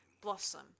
blossom